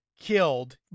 killed